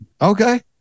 Okay